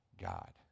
God